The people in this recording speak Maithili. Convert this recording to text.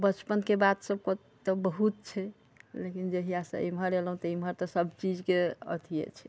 बचपन के बात सब तऽ बहुत छै लेकिन जहिया सँ एमहर एलहुॅं तऽ एमहर तऽ सबचीज के अथीये छै